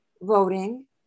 voting